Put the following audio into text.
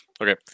Okay